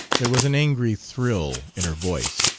there was an angry thrill in her voice.